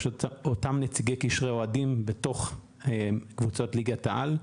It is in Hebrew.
אותם נציגי קשרי אוהדים בתוך קבוצות ליגת העל,